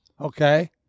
okay